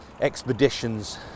expeditions